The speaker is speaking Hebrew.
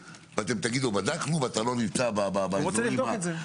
תגידו: בדקנו ואתה לא נמצא באזורים האלה?